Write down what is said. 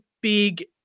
big